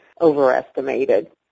overestimated